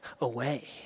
away